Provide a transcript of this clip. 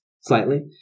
slightly